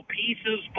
pieces